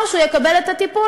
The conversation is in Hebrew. או שהוא יקבל את הטיפול,